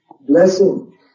blessing